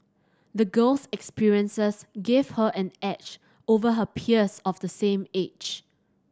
the girl's experiences gave her an edge over her peers of the same age